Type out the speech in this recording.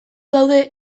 daude